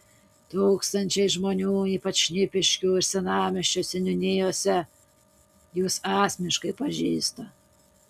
tūkstančiai žmonių ypač šnipiškių ir senamiesčio seniūnijose jus asmeniškai pažįsta